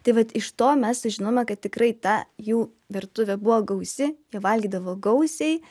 tai vat iš to mes sužinome kad tikrai ta jų virtuvė buvo gausi jie valgydavo gausiai